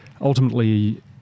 ultimately